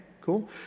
Cool